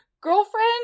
girlfriend